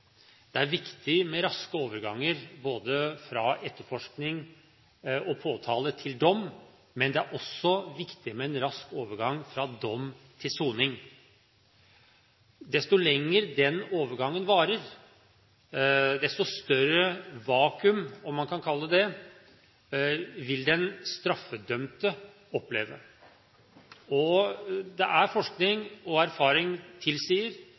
viktig med raske overganger fra etterforskning og påtale til dom, men det er også viktig med en rask overgang fra dom til soning. Desto lenger den overgangen varer, desto større vakuum – om man kan kalle det det – vil den straffedømte oppleve. Forskning og erfaring tilsier at desto lenger ventetiden blir, desto større er